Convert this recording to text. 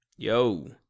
Yo